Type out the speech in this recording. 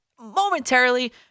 momentarily